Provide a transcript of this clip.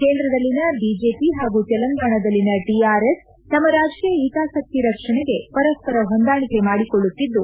ಕೇಂದ್ರದಲ್ಲಿನ ಬಿಜೆಪಿ ಹಾಗೂ ತೆಲಂಗಾಣದಲ್ಲಿನ ಟಿಆರ್ಎಸ್ ತಮ್ನ ರಾಜಕೀಯ ಹಿತಾಸಕ್ತಿ ರಕ್ಷಣೆಗೆ ಪರಸ್ಪರ ಹೊಂದಾಣಿಕೆ ಮಾಡಿಕೊಳ್ಳುತ್ತಿದ್ದು